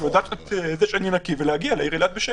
לדעת שאני נקי ולהגיע לאילת בשקט.